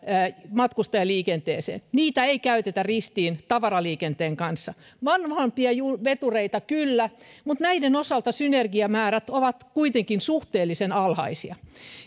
matkustajaliikenteeseen niitä ei käytetä ristiin tavaraliikenteen kanssa vanhempia vetureita kyllä mutta näiden osalta synergiamäärät ovat kuitenkin suhteellisen alhaisia